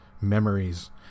memories